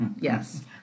Yes